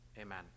Amen